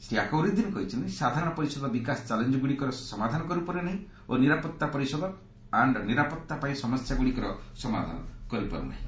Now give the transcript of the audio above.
ଶ୍ରୀ ଆକବର ଉଦ୍ଦିନ କହିଛନ୍ତି ସାଧାରଣ ପରିଷଦ ବିକାଶ ଚାଲେଞ୍ଜ ଗୁଡ଼ିକର ସମାଧାନ କରିପାରୁନାହିଁ ଓ ନିରାପତ୍ତା ପରିଷଦ ଓ ନିରାପତ୍ତା ପାଇଁ ସମସ୍ୟା ଗୁଡ଼ିକର ସମାଧାନ କରୁନାହିଁ